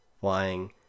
flying